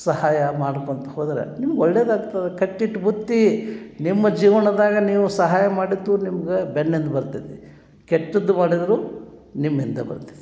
ಸಹಾಯ ಮಾಡ್ಕೊಳ್ತಾ ಹೋದ್ರೆ ಒಳ್ಳೇದು ಆಗ್ತದೆ ಕಟ್ಟಿಟ್ಟ ಬುತ್ತಿ ನಿಮ್ಮ ಜೀವನದಾಗ ನೀವು ಸಹಾಯ ಮಾಡಿತ್ತು ನಿಮ್ಗೆ ಬೆನ್ನಿಂದೆ ಬರ್ತದೆ ಕೆಟ್ಟದ್ದು ಮಾಡಿದ್ರೂ ನಿಮ್ಮ ಹಿಂದೆ ಬರ್ತೈತಿ